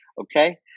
Okay